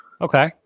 Okay